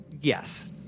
yes